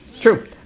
true